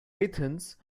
athens